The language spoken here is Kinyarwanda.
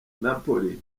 napoli